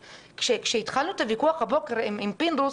כשהתחלנו את הוויכוח הבוקר עם פינדרוס,